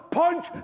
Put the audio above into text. punch